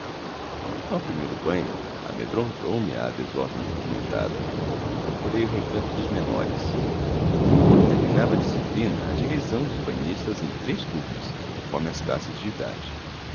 alvos ao primeiro banho amedrontou me a desordem movimentada procurei o recanto dos menores determinava a disciplina a divisão dos banhistas em três turmas conforme as classes de idade